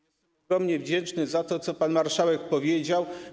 Jestem ogromnie wdzięczny za to, co pan marszałek powiedział.